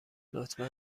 لطفا